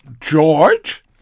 George